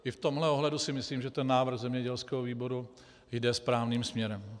I v tomhle ohledu si myslím, že návrh zemědělského výboru jde správným směrem.